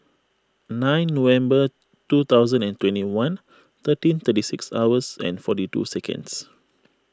nine November two thousand and twenty one thirteen thirty six hours and forty two seconds